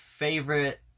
favorite